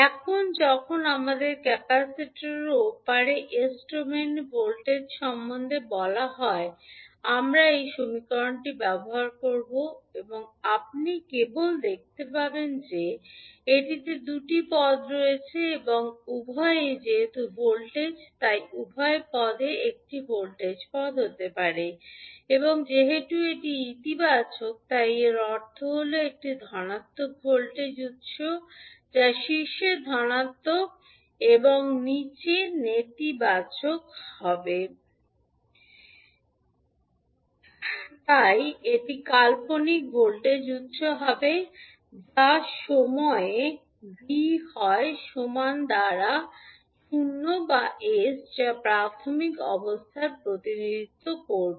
এখন যখন আমাদের ক্যাপাসিটরের ওপারে s ডোমেইনে ভোল্টেজ 𝑉 𝑠 সন্ধান করতে বলা হয় আমরা এই সমীকরণটি ব্যবহার করব এবং আপনি কেবল দেখতে পাবেন যে এটিতে দুটি পদ রয়েছে এবং উভয়ই যেহেতু ভোল্টেজ তাই উভয় পদ একটি ভোল্টেজ পদ হতে পারে এবং যেহেতু এটি ইতিবাচক তাই এর অর্থ হল একটি ধনাত্মক ভোল্টেজ উত্স যা শীর্ষে ধনাত্মক এবং নীচে নেতিবাচক হবে তাই এটি কাল্পনিক ভোল্টেজ উত্স হবে যা সময়ে v হয় সমান দ্বারা 0 দ্বারা এস যা প্রাথমিক অবস্থার প্রতিনিধিত্ব করবে